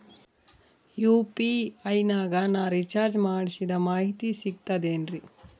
UPI ನಾಗ ನಾ recharge ಮಾಡಿಸಿದ ಮಾಹಿತಿ ಸಿಕ್ತದೆ ಏನ್ರಿ?